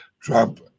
Trump